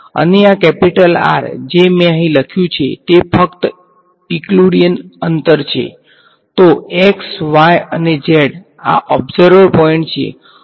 અને આ capital R જે મેં અહીં લખ્યું છે તે ફક્ત યુક્લિડિયન શેને અનુરૂપ છે